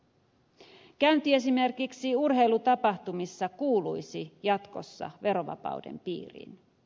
esimerkiksi käynti urheilutapahtumissa kuuluisi jatkossa verovapauden piiriin